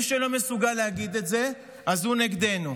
מי שלא מסוגל להגיד את זה, הוא נגדנו.